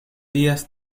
días